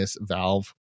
Valve